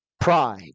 pride